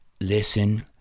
listen